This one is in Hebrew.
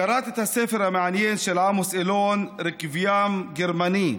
קראתי את הספר המעניין של עמוס אלון "רקוויאם גרמני"